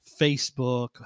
Facebook